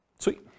Sweet